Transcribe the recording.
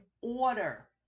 order